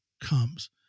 comes